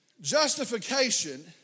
Justification